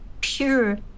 pure